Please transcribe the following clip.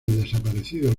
desaparecidos